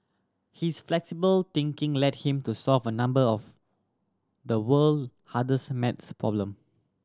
his flexible thinking led him to solve a number of the world hardest math problem